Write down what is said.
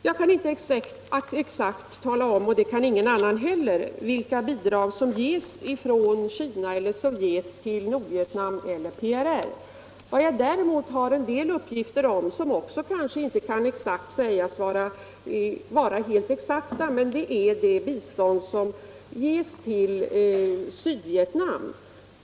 Jag kan inte exakt tala om — och det kan ingen annan heller — vilka bidrag som ges från Kina eller Sovjet till Nordvietnam eller PRR. Däremot har jag en del uppgifter — som kanske inte heller kan sägas vara exakta - om det bistånd som ges till Saigonregeringen.